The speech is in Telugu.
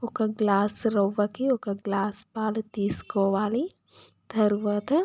ఒక గ్లాస్ రవ్వకి ఒక గ్లాస్ పాలు తీసుకోవాలి తర్వాత